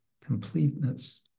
completeness